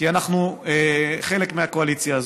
כי אנחנו חלק מהקואליציה הזאת.